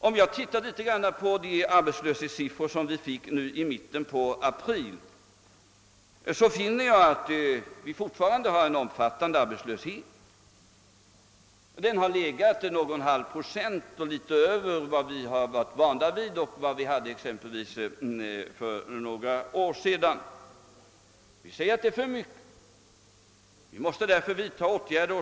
Om jag ser på de arbetslöshetssiffror som redovisades i mitten av april finner jag att det fortfarande råder en omfattande arbetslöshet. Den har legat cirka en halv procent över vad vi varit vana vid och vad vi hade exempelvis för några år sedan. Vi säger att det är för mycket och att det måste vidtas åtgärder.